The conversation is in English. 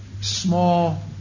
small